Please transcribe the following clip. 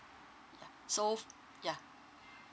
yeah so f~ yeah